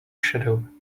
shadow